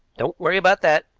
don't worry about that,